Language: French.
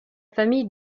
famille